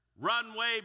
runway